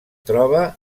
troba